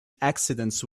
accidents